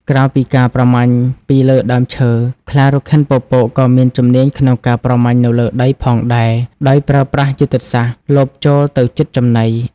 ក្រៅពីការប្រមាញ់ពីលើដើមឈើ ខ្លារខិនពពកក៏មានជំនាញក្នុងការប្រមាញ់នៅលើដីផងដែរ ដោយប្រើប្រាស់យុទ្ធសាស្ត្រលបចូលទៅជិតចំណី។